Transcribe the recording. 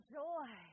joy